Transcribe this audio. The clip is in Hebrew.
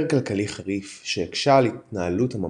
כלכלי חריף שהקשה על התנהלות הממלכה.